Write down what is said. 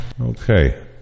Okay